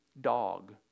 dog